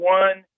one